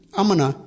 amana